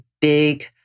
big